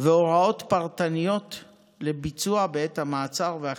והוראות פרטניות לביצוע בעת המעצר והחקירה.